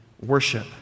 worship